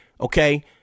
Okay